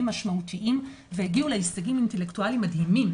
משמעותיים והגיעו להישגים אינטלקטואליים מדהימים,